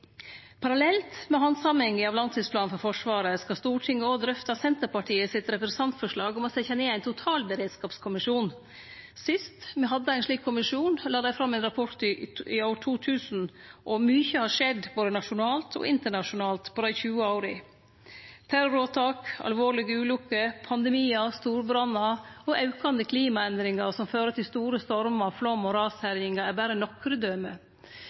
Parallelt med handsaminga av langtidsplanen for Forsvaret skal Stortinget òg drøfte Senterpartiets representantforslag om å setje ned ein totalberedskapskommisjon. Sist me hadde ein slik kommisjon, i år 2000, la dei fram ein rapport, og mykje har skjedd både nasjonalt og internasjonalt på dei 20 åra. Terroråtak, alvorlege ulukker, pandemiar, storbrannar og aukande klimaendringar som fører til store stormar, flaum og rasherjingar, er berre nokre døme.